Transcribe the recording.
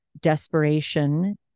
desperation